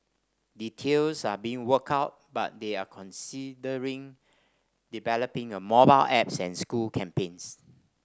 details are being worked out but they are considering developing a mobile apps and school campaigns